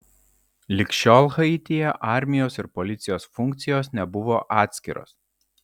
lig šiol haityje armijos ir policijos funkcijos nebuvo atskirtos